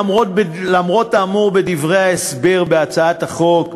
למרות האמור בדברי ההסבר בהצעת החוק,